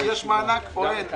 יש מענק או אין?